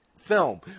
film